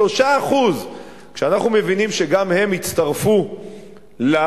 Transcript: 3%. כשאנחנו מבינים שגם הם יצטרפו לתרבות,